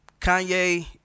Kanye